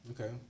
Okay